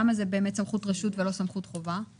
למה זה סמכות רשות ולא סמכות חובה?